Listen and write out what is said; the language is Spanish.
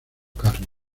carne